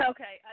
Okay